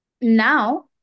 now